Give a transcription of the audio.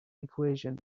equation